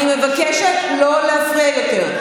אני מבקשת לא להפריע יותר.